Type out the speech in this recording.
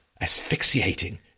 asphyxiating